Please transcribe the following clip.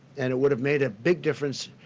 and it would have made a big difference,